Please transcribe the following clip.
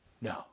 No